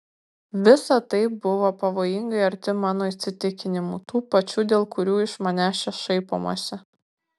visa tai buvo pavojingai arti mano įsitikinimų tų pačių dėl kurių iš manęs čia šaipomasi